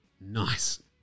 Nice